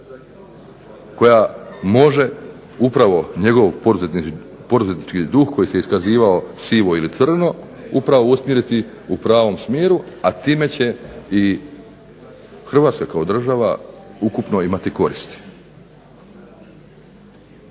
koja može upravo njegov poduzetnički duh koji se iskazivao sivo ili crno upravo usmjeriti u pravom smjeru, a time će i Hrvatska kao država ukupno imati koristi.